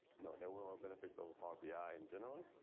no there will ah benefits of power be, i in general,